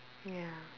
ya